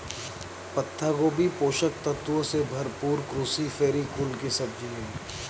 पत्ता गोभी पोषक तत्वों से भरपूर क्रूसीफेरी कुल की सब्जी है